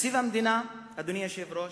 תקציב המדינה, אדוני היושב-ראש,